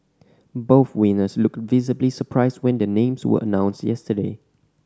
both winners looked visibly surprised when their names were announced yesterday